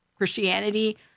Christianity